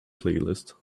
playlist